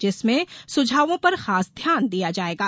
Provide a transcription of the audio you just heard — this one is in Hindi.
जिसमें सुझावों पर खास ध्यान दिया जायेगा